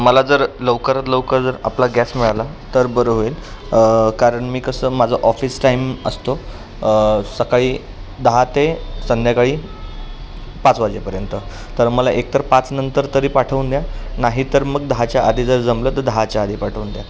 मला जर लवकरात लवकर जर आपला गॅस मिळाला तर बरं होईल कारण मी कसं माझं ऑफिस टाईम असतो सकाळी दहा ते संध्याकाळी पाच वाजेपर्यंत तर मला एकतर पाच नंतर तरी पाठवून द्या नाहीतर मग दहाच्या आधी जर जमलं तर दहाच्या आधी पाठवून द्या